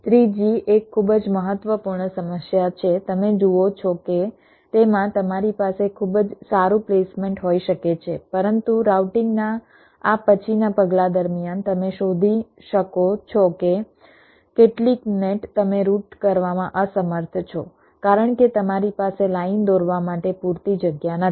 ત્રીજી એક ખૂબ જ મહત્વપૂર્ણ સમસ્યા છે તમે જુઓ છો કે તેમાં તમારી પાસે ખૂબ જ સારું પ્લેસમેન્ટ હોઈ શકે છે પરંતુ રાઉટિંગના આ પછીના પગલાં દરમિયાન તમે શોધી શકો છો કે કેટલીક નેટ તમે રૂટ કરવામાં અસમર્થ છો કારણ કે તમારી પાસે લાઇન દોરવા માટે પૂરતી જગ્યા નથી